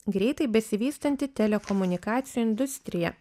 greitai besivystanti telekomunikacijų industrija